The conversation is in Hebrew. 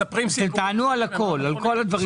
אתם תענו על הכול, על כל בדברים.